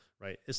right